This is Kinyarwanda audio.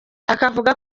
akavuga